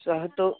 सः तु